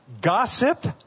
Gossip